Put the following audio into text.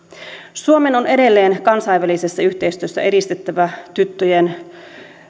suomen on edelleen kansainvälisessä yhteistyössä edistettävä